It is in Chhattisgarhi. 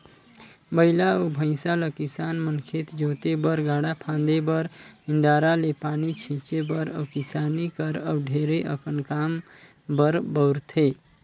बइला अउ भंइसा ल किसान मन खेत जोते बर, गाड़ा फांदे बर, इन्दारा ले पानी घींचे बर अउ किसानी कर अउ ढेरे अकन काम बर बउरथे